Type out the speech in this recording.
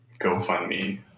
GoFundMe